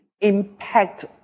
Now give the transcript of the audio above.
impact